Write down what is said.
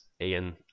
Ian